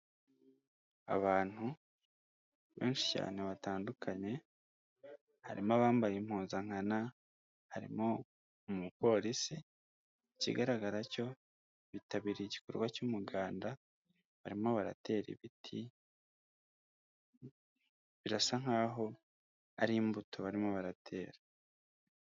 Abantu benshi cyane batandukanye harimo abambaye impuzankanana, harimo umupolisi, ikigaragara cyo bitabiriye igikorwa cy'umuganda barimo baratera ibiti birasa nk'aho ari imbuto barimo baratera.